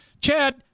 Chad